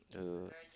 uh